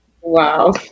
wow